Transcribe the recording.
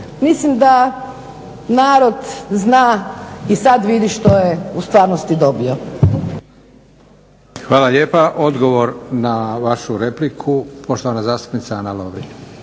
Mislim da narod zna i sad vidi što je u stvarnosti dobio. **Leko, Josip (SDP)** Hvala lijepa. Odgovor na vašu repliku, poštovana zastupnica Ana Lovrin.